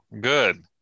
good